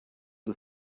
the